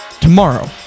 tomorrow